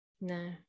no